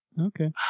okay